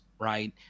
right